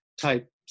type